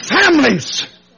families